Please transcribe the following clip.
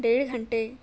ڈیڑھ گھنٹے